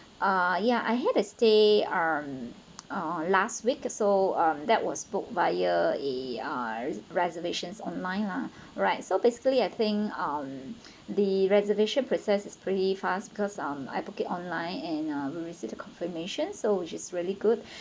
uh ya I had a stay um uh last week so um that was book via a uh reservations online lah right so basically I think mm the reservation process is pretty fast because um I book it online and uh I receives a confirmation so which is really good